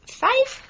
five